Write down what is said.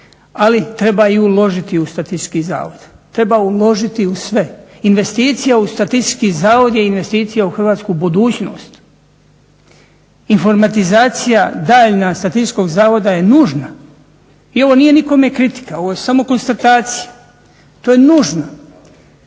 ali treba i uložiti u Statistički zavod, treba uložiti u sve. Investicija u Statistički zavod je investicija u hrvatsku budućnost. Informatizacija daljnja Statističkog zavoda je nužna i ovo nije nikome kritika. Ovo je samo konstatacija. To je nužno.